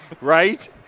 right